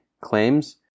claims